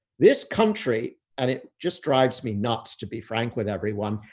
this country, and it just drives me nuts to be frank with everyone,